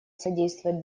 содействовать